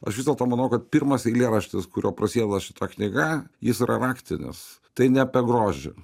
aš vis dėlto manau kad pirmas eilėraštis kurio prasideda šita knyga jis yra raktinis tai ne apie grožį